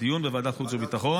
דיון בוועדת חוץ וביטחון.